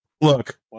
Look